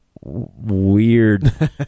weird